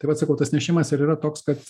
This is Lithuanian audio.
tai vat sakau tas nešimas ir yra toks kad